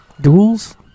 duels